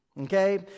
Okay